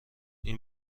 این